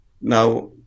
Now